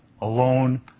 alone